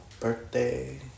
birthday